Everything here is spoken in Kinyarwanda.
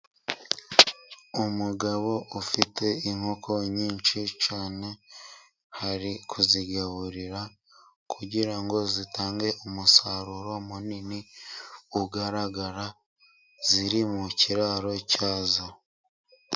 Umugabo ufite inkoko nyinshi cyane. Aari kuzigaburira kugira ngo zitange umusaruro munini ugaragara. Ziri mu kiraro cyazo.